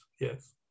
Yes